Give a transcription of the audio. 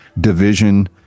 division